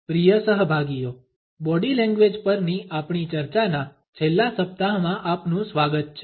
પ્રિય સહભાગીઓ body language પરની આપણી ચર્ચાના છેલ્લા સપ્તાહમાં આપનું સ્વાગત છે